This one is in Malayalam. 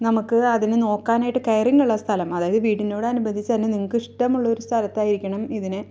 നമുക്ക് അതിനെ നോക്കാനായിട്ട് കെയറിങ്ങുള്ള സ്ഥലം അതായത് വീടിനോട് അനുബന്ധിച്ചുതന്നെ നിങ്ങള്ക്ക് ഇഷ്ടമുള്ളൊരു സ്ഥലത്തായിരിക്കണം ഇതിനെ